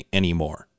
anymore